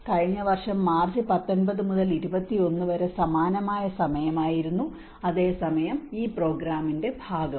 കഴിഞ്ഞ വർഷം മാർച്ച് 19 മുതൽ 21 വരെ സമാനമായ സമയമായിരുന്നു അതേസമയം ഈ പ്രോഗ്രാമിന്റെ ഭാഗവും